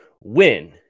win